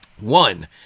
One